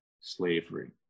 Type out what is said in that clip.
slavery